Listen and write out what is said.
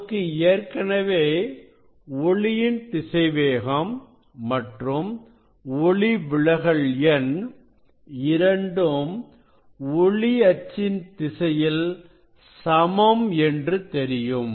நமக்கு ஏற்கனவே ஒளியின் திசைவேகம் மற்றும் ஒளிவிலகல் எண் இரண்டும் ஒளி அச்சின் திசையில் சமம் என்று தெரியும்